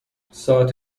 ساعات